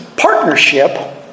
Partnership